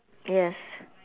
yes